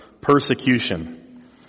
persecution